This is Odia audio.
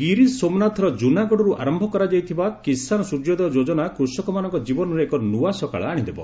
ଗିର୍ ସୋମନାଥର ଜୁନାଗଡ଼ରୁ ଆରମ୍ଭ କରାଯାଇଥିବା କିଷାନ ସୂର୍ଯ୍ୟୋଦୟ ଯୋଜନା କୃଷକମାନଙ୍କ ଜୀବନରେ ଏକ ନୂଆ ସକାଳ ଆଶିଦେବ